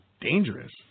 dangerous